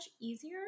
easier